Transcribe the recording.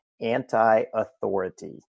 anti-authority